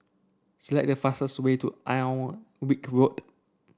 select the fastest way to Alnwick Road